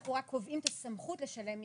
אנחנו רק קובעים את הסמכות לשלם מקדמה,